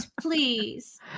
please